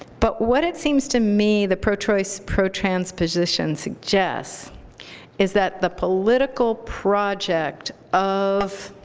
but what it seems to me the pro-choice, pro-trans position suggests is that the political project of